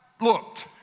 looked